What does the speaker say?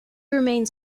remains